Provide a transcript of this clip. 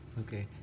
okay